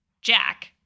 Jack